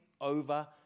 over